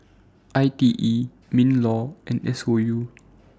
I T E MINLAW and S O U